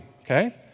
okay